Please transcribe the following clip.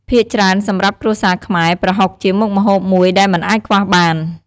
ភាគច្រើនសម្រាប់គ្រួសារខ្មែរ ប្រហុកជាមុខម្ហូបមួយដែលមិនអាចខ្វះបាន។